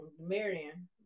Marion